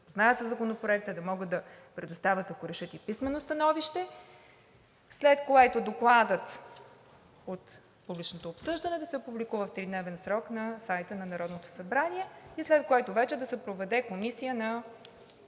със законопроекта, да предоставят, ако решат, и писмено становище, след което докладът от публичното обсъждане да се публикува в тридневен срок на сайта на Народното събрание, след което вече да се проведе комисия за